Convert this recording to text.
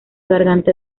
garganta